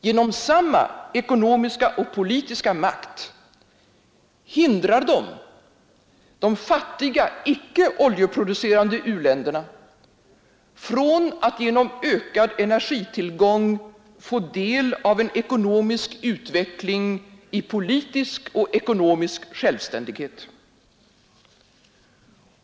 Genom samma ekonomiska och politiska makt hindrar dessa de fattiga icke oljeproducerande u-länderna från att genom ökad energitillgång få del av en ekonomisk utveckling i politisk och ekonomisk självständighet.